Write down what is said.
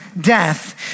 death